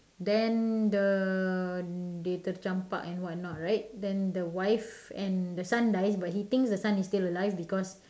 then the later jump part and what not right then the wife and the son dies but he thinks the son is still alive because